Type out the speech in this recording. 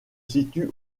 situe